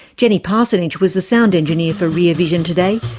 jenny parsonage was the sound engineer for rear vision today.